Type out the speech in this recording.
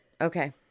Okay